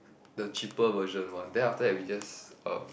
the cheaper version one then after that we just uh